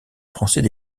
français